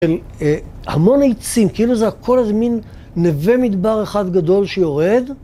המון עצים, כאילו זה הכל מין נווה מדבר אחד גדול שיורד.